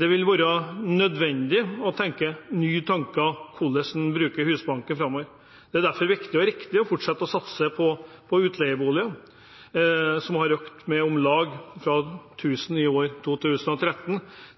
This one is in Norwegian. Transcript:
Det vil være nødvendig å tenke nye tanker om hvordan man bruker Husbanken framover. Det er derfor viktig og riktig å fortsette å satse på utleieboliger, som har økt fra om lag 1 000 i 2013